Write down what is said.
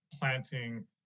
planting